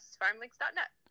farmlinks.net